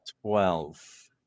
Twelve